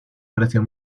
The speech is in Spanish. precio